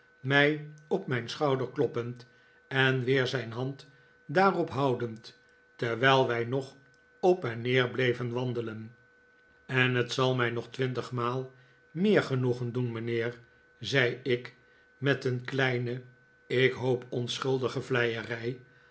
mij op mijn schouder kloppend en weer zijn hand daarop houdend terwijl wij nog op en neer bleven wandelen en het zal mij nog twintigmaal meer genoegen doen mijnheer zei ik met een kleine ik hoop onschuldige vleierij